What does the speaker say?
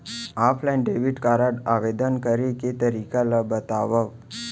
Offline debit card आवेदन करे के तरीका ल बतावव?